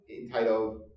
entitled